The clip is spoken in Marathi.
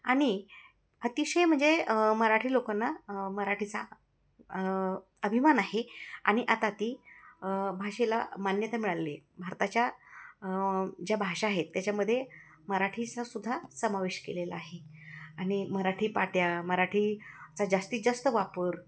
आणि अतिशय म्हणजे मराठी लोकांना मराठीचा अभिमान आहे आणि आता ती भाषेला मान्यता मिळालेली आहे भारताच्या ज्या भाषा आहेत त्याच्यामध्ये मराठीचा सुद्धा समावेश केलेला आहे आणि मराठी पाट्या मराठीचा जास्तीत जास्त वापर